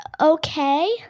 okay